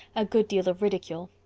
a good deal of ridicule.